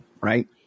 right